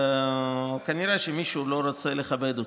כנראה שמישהו לא רוצה לכבד אותם.